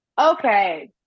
Okay